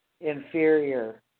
inferior